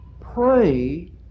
Pray